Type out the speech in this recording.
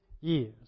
years